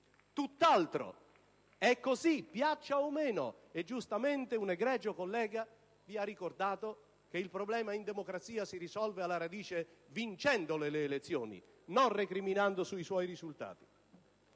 Tutt'altro: è così, piaccia o non piaccia. Giustamente un egregio collega vi ha ricordato che in democrazia il problema si risolve alla radice vincendo le elezioni, non recriminando sui suoi risultati.